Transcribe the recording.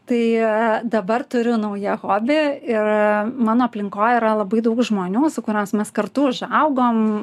tai dabar turiu naują hobį ir mano aplinkoj yra labai daug žmonių su kuriais mes kartu užaugom